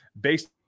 based